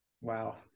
wow